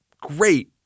great